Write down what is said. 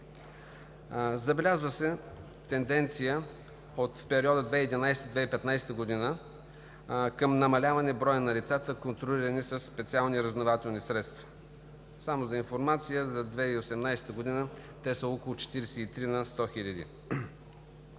Забелязва се тенденция от периода 2011 – 2015 г. към намаляване броя на лицата, контролирани със специални разузнавателни средства. Само за информация за 2018 г. те са около 43 на 100